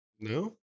No